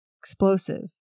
Explosive